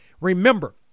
Remember